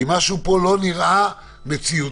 כי משהו פה לא נראה מציאותי